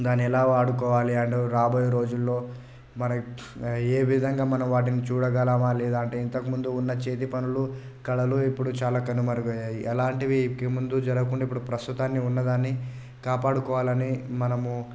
దాన్ని ఎలా వాడుకోవాలి అండ్ రాబోయే రోజుల్లో మనకి ఏవిధంగా మనం వాటిని చూడగలవా లేదంటే ఇంతకుముందు ఉన్న చేతి పనులు కలలు ఇప్పుడు చాలా కనుమరుగయ్యాయి అలాంటివి ఇంకముందు జరగకుండా ఇప్పుడు ప్రస్తుతాన్ని ఉన్నదాన్ని కాపాడుకోవాలని మనము